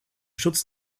schutz